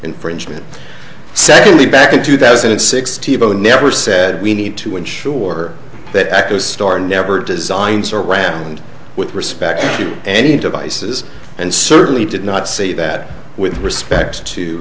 infringement secondly back in two thousand and six tivo never said we need to ensure that echostar never designs around with respect to any devices and certainly did not say that with respect to